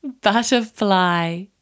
butterfly